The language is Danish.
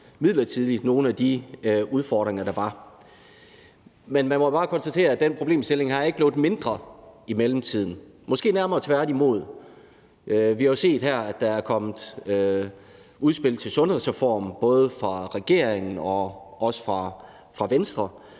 midlertidigt at løse nogle af de udfordringer, der var. Men man må bare konstatere, at den problemstilling ikke er blevet mindre i mellemtiden, måske nærmere tværtimod. Vi har jo set her, at der er kommet udspil til en sundhedsreform både fra regeringen og fra Venstre,